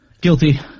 Guilty